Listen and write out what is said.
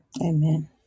Amen